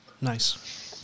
nice